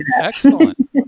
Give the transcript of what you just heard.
Excellent